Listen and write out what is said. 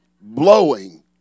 blowing